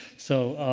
so,